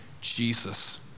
Jesus